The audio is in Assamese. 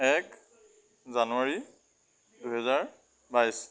এক জানুৱাৰী দুহেজাৰ বাইছ